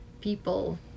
people